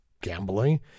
gambling